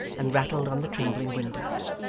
and rattled on the trembling windows.